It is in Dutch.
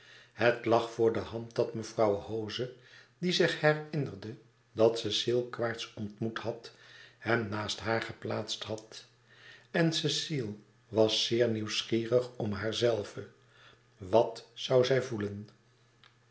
het lag voor de hand dat mevrouw hoze die zich herinnerde dat cecile quaerts ontmoet had hem naast haar geplaatst had en cecile was zeer nieuwsgierig om haarzelve wat zoû zij voelen